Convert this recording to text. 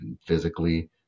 physically